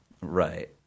Right